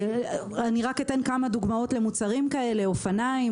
אתן כמה דוגמאות למוצרים כאלה אופניים,